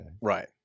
Right